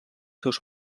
seus